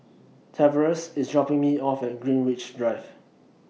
Tavares IS dropping Me off At Greenwich Drive